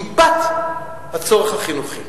ליבת הצורך החינוכי.